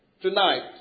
tonight